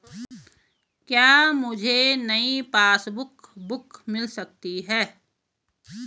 क्या मुझे नयी पासबुक बुक मिल सकती है?